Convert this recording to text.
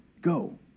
go